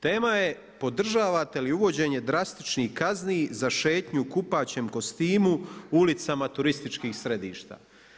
Tema je Podržavate li uvođenje drastičnih kazni za šetnju u kupaćem kostimu ulicama turističkih središta?